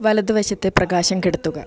വലതു വശത്തെ പ്രകാശം കെടുത്തുക